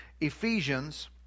Ephesians